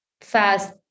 fast